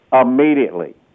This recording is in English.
immediately